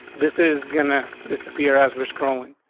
this is gonna disappear as we're scrolling.